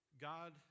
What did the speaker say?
god